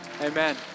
Amen